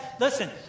listen